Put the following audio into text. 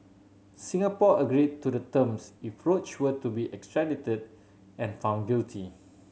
Singapore agreed to the terms if Roach were to be extradited and found guilty